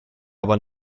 aber